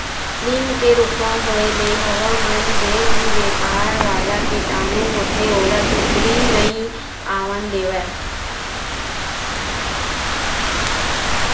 लीम के रूखवा होय ले हवा म जेन भी बेकार वाला कीटानु होथे ओला भीतरी नइ आवन देवय